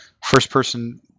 first-person